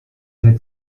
eine